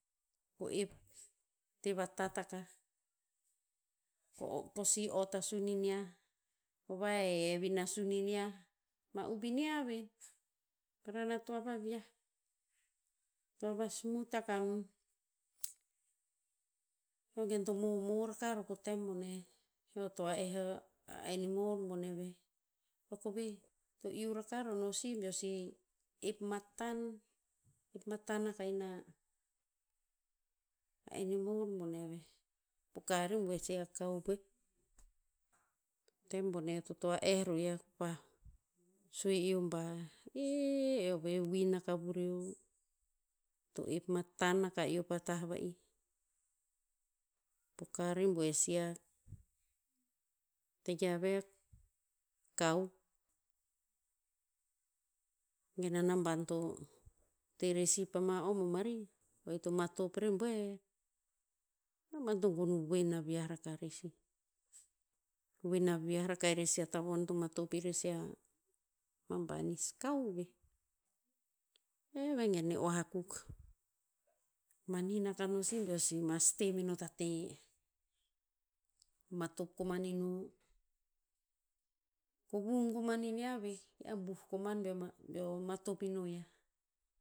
Ko ep, te vatat akah, ko- kosi ot a sonin niah, ko vahehev ina sonin niah, ma uvin niah veh, parana toa va vi'ah. Toa va smut aka non. Eo gen to momor aka ro po tem boneh, eo he toa eh a enimor boneh veh. Eo ko veh, to iu raka ro no si beo sih, ep matan, ep matan akah ina enimor bone veh. Poka rebuer si a kao veh. Tem boneh eo to toa eh ro yiah ko pah, sue eo bah, ih, eo ve win aka vureo. To ep matan aka eo pa tah va'ih. Poka rebuer si a, tayiah veh, kao. Gen a naban to te rer sih pama o bomarih, o ito matop rebuer, naban to gon voen aviah raka rer sih. Voen aviah raka irer si a tavon to matop irer si a, ma banis kao veh, eh vegen e oah akuk. Manin aka no si beo si mas te meno ta teh, matop koman ino. Ko vung koman inia veh, ki abuh koman beo ma- beo matop ino yiah.